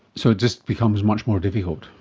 so it just becomes much more difficult.